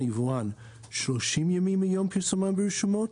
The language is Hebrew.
או יבואן 30 ימים מיום פרסומן ברשומות,